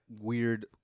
weird